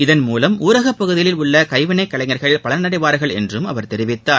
இதன் மூலம் ஊரகப் பகுதிகளில் உள்ள கைவினைக் கலைஞர்கள் பலனடைவார்கள் என்றும் அவர் தெரிவித்தார்